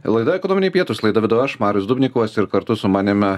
laida ekonominiai pietūs laidą vedu aš marius dubnikovas ir kartu su manimi